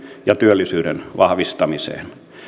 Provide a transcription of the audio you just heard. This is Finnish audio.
ja työllisyyden vahvistamiseen